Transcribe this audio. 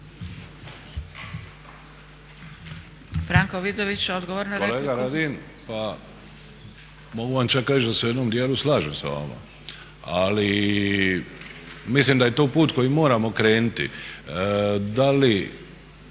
Branko Vukšić, odgovor na repliku.